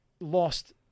lost